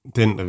den